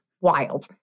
Wild